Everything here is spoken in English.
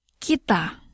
Kita